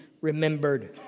remembered